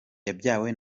yabyawe